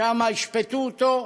שם ישפטו אותו.